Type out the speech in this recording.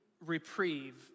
reprieve